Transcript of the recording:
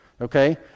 okay